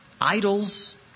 idols